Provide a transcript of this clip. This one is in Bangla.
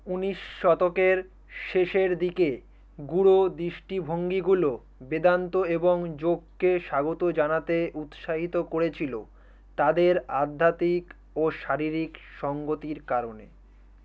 উনিশ শতকের শেষের দিকে গূঢ় দৃষ্টিভঙ্গিগুলো বেদান্ত এবং যোগকে স্বাগত জানাতে উৎসাহিত করেছিল তাদের আধ্যাত্মিক ও শারীরিক সঙ্গতির কারণে